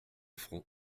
front